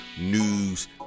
news